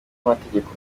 amategeko